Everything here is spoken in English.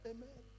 Amen